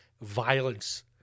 violence